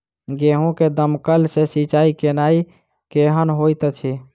गेंहूँ मे दमकल सँ सिंचाई केनाइ केहन होइत अछि?